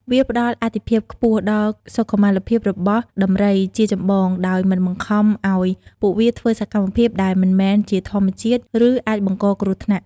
វាផ្តល់អាទិភាពខ្ពស់ដល់ សុខុមាលភាពរបស់ដំរី ជាចម្បង ដោយមិនបង្ខំឲ្យពួកវាធ្វើសកម្មភាពដែលមិនមែនជាធម្មជាតិ ឬអាចបង្កគ្រោះថ្នាក់។